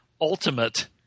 ultimate